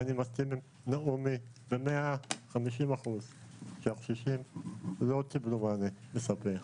אני מסכים עם נעמי ב-150% שהקשישים לא קיבלו מענה מספק,